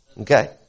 Okay